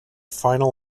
final